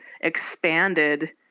expanded